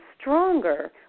stronger